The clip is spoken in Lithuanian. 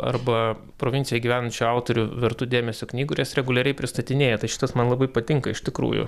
arba provincijoj gyvenančių autorių vertų dėmesio knygų ir jas reguliariai pristatinėja tai šitas man labai patinka iš tikrųjų